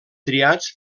triats